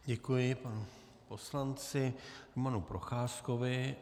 Děkuji panu poslanci Romanu Procházkovi.